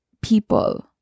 people